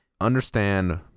Understand